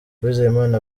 uwizeyimana